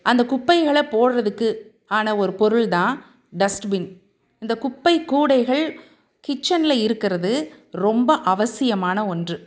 அந்த குப்பைகளை போடுறதுக்கு ஆன ஒரு பொருள் தான் டஸ்ட்பின் இந்த குப்பைக் கூடைகள் கிச்சனில் இருக்கிறது ரொம்ப அவசியமான ஒன்று